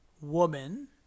woman